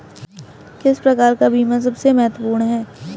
किस प्रकार का बीमा सबसे महत्वपूर्ण है?